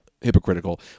hypocritical